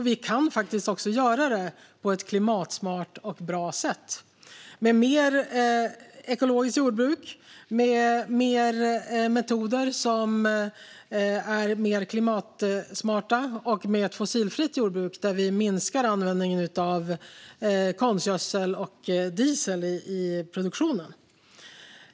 Vi kan också göra det på ett klimatsmart och bra sätt med mer ekologiskt jordbruk, med fler metoder som är mer klimatsmarta och med ett fossilfritt jordbruk, där vi minskar användningen av konstgödsel och diesel i produktionen.